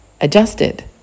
adjusted